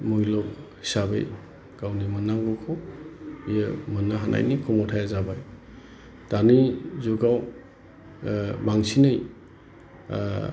मुयल' हिसाबै गावनि मोनांगौखौ बियो मोननो हानायनि खमथाया जाबाय दानि जुगाव बांसिनै